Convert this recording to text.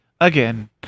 again